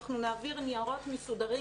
אנחנו נעביר ניירות מסודרים.